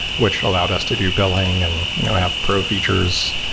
which allowed us to do billing and have pro features.